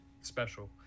special